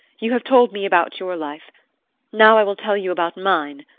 you have told me about your life now i will tell you about mine,